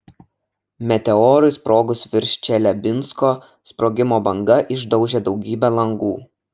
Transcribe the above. meteorui sprogus virš čeliabinsko sprogimo banga išdaužė daugybę langų